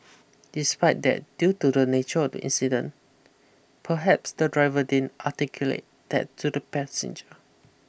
despite that due to the nature of the incident perhaps the driver didn't articulate that to the passenger